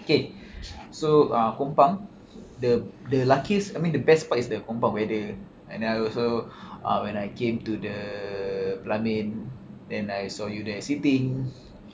okay so uh kompang the the luckiest I mean the best part is the kompang weather and I also uh when I came to the pelamin then I saw you there sitting